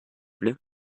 plait